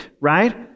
right